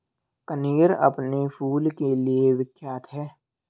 कनेर अपने फूल के लिए विख्यात है